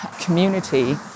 community